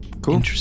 Cool